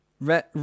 Red